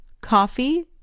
coffee